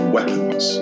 Weapons